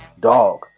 Dog